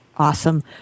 Awesome